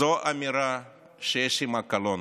זאת אמירה שיש עימה קלון.